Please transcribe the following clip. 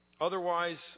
Otherwise